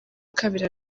kabiri